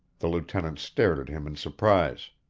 the lieutenant stared at him in surprise.